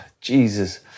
Jesus